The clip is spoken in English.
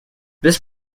this